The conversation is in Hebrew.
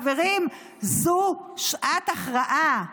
תודה רבה.